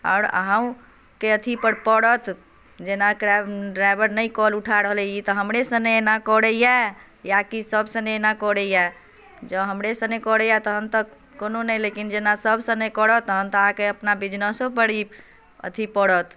आओर अहुँ के अथी पर परत जेना कैब ड्राइवर नहि कॉल उठा रहल अछि ई तऽ हमरे सने एना करैया की सब सने एना करैया जॅं हमरे सने करैया तहन तऽ कोनो ने लेकिन जेना सब सने करत तहन तऽ अहाँके अपना बिज़नेसो पर ई अथी परत